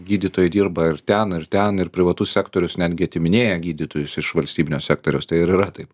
gydytojai dirba ir ten ir ten ir privatus sektorius netgi atiminėja gydytojus iš valstybinio sektoriaus tai ar yra taip